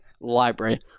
library